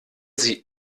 sie